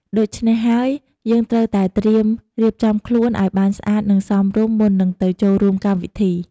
ដូច្នេះហើយយើងត្រូវតែត្រៀមរៀបចំខ្លួនអោយបានស្អាតនិងសមរម្យមុននិងទៅចូលរួមកម្មវិធី។